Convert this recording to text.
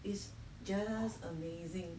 is just amazing